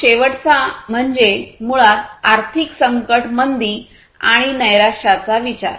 मग शेवटचा म्हणजे मुळात आर्थिक संकट मंदी आणि नैराश्याचा विचार